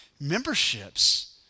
memberships